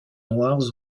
noirs